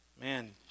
Man